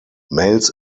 males